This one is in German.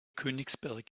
königsberg